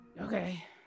Okay